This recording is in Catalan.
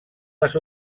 les